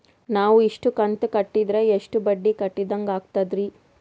ನಾವು ಇಷ್ಟು ಕಂತು ಕಟ್ಟೀದ್ರ ಎಷ್ಟು ಬಡ್ಡೀ ಕಟ್ಟಿದಂಗಾಗ್ತದ್ರೀ?